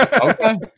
okay